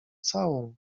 całą